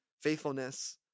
faithfulness